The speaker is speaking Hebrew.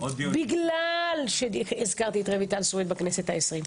בגלל שהזכרתי את רויטל סויד בכנסת ה-20,